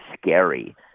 scary